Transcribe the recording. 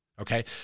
okay